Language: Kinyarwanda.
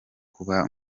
kuba